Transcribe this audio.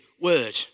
word